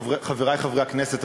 חברי חברי הכנסת,